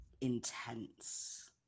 intense